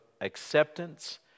acceptance